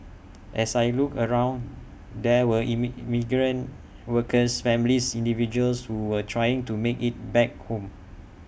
as I looked around there were migrant workers families individuals who were trying to make IT back home